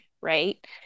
right